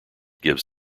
gives